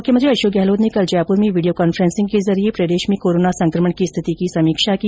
मुख्यमंत्री अशोक गहलोत ने कल जयपुर में वीडियो कांफ्रेंसिंग के जरिए प्रदेश में कोरोना संकमण की स्थिति की समीक्षा की